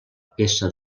peça